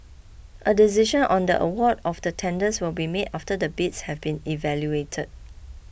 a decision on the award of the tenders will be made after the bids have been evaluated